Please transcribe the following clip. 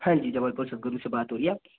हाँ जी जबलपुर सद्गुरु से बात हो रही है आपकी